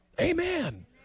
Amen